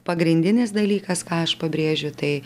pagrindinis dalykas ką aš pabrėžiu tai